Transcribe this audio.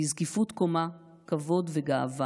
בזקיפות קומה, כבוד וגאווה.